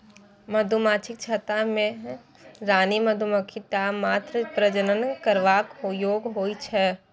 मधुमाछीक छत्ता मे रानी मधुमाछी टा मात्र प्रजनन करबाक योग्य होइ छै